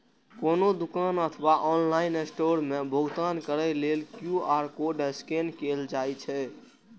कोनो दुकान अथवा ऑनलाइन स्टोर मे भुगतान करै लेल क्यू.आर कोड स्कैन कैल जाइ छै